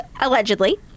Allegedly